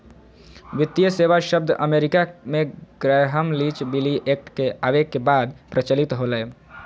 वित्तीय सेवा शब्द अमेरिका मे ग्रैहम लीच बिली एक्ट के आवे के बाद प्रचलित होलय